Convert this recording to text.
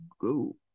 go